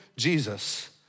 Jesus